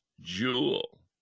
jewel